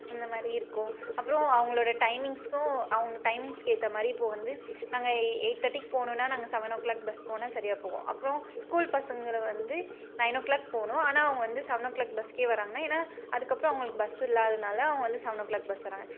அந்தமாதிரி இருக்கும் அப்புறம் அவங்களோட டைமிங்ஸ்க்கும் அவங்க டைமிங்ஸ்க்கு ஏற்ற மாதிரி இப்போது வந்து நாங்கள் எயிட் தேர்டிக்குப் போகணுன்னா நாங்கள் செவன் ஒ கிளாக் பஸ் போனால் சரியாக போகும் அப்புறம் ஸ்கூல் பசங்களை வந்து நைன் ஓ கிளாக் போகணும் ஆனால் அவங்க வந்து செவன் ஓ கிளாக் பஸ்ஸுக்கே வர்றாங்க ஏனால் அதுக்கப்புறம் அவங்களுக்கு பஸ் இல்லாததுனால் அவங்க வந்து செவன் ஓ கிளாக் பஸ் வர்றாங்க